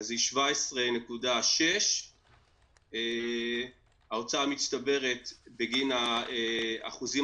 היא 17.6. ההוצאה המצטברת בגין האחוזים